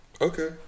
Okay